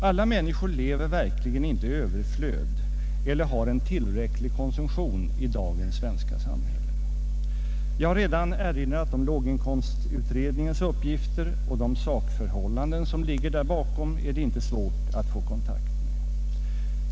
Alla människor lever verkligen inte i överflöd eller har en tillräcklig konsumtion i dagens svenska samhälle. Jag har redan erinrat om låginkomstutredningens uppgifter, och de sakförhållanden som ligger därbakom är det inte svårt att få kontakt med.